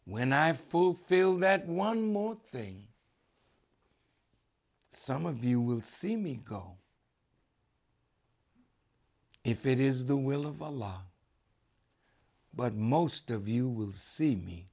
when i have fulfilled that one more thing some of you will see me go if it is the will of the law but most of you will see me